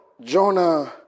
Jonah